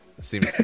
seems